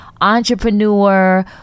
entrepreneur